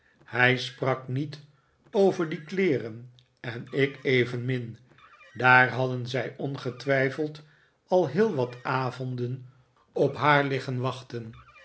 hij sprak niet over die kleeren en ik evenmin daar hadden zij ongetwijfeld al heel wat avonden op haar liggen wachten